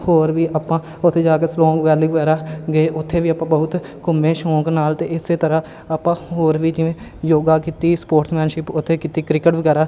ਹੋਰ ਵੀ ਆਪਾਂ ਉੱਥੇ ਜਾ ਕੇ ਸ਼ਿਲਾਂਗ ਵੈਲੀ ਵਗੈਰਾ ਗਏ ਉੱਥੇ ਵੀ ਆਪਾਂ ਬਹੁਤ ਘੁੰਮੇ ਸ਼ੌਂਕ ਨਾਲ ਅਤੇ ਇਸ ਤਰ੍ਹਾਂ ਆਪਾਂ ਹੋਰ ਵੀ ਜਿਵੇਂ ਯੋਗਾ ਕੀਤੀ ਸਪੋਰਟਸਮੈਨਸ਼ਿਪ ਉੱਥੇ ਕੀਤੀ ਕ੍ਰਿਕਟ ਵਗੈਰਾ